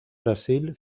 brasil